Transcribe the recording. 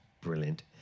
brilliant